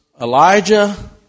Elijah